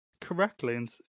Correctly